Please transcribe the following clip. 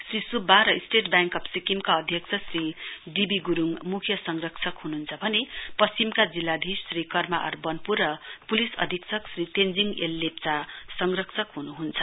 श्री स्ब्बा र state bank of सिक्किमका अध्यक्ष श्री डी बी ग्रुङ म्ख्य संरक्षक हन्हन्छ भने पश्चिमका जिल्लाधीश श्री कर्म आर वन्पो र प्लिस अधीक्षक श्री तेञ्जिङ एललेप्चा संरक्षक ह्नुह्न्छ